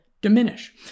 diminish